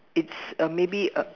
it's a maybe a